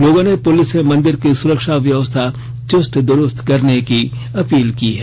लोगों ने पुलिस से मंदिर की सुरक्षा व्यवस्था चुस्त दुरुस्त करने की अपील की है